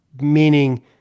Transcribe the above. meaning